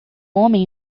homem